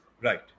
Right